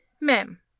mem